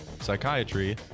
psychiatry